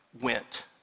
went